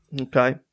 Okay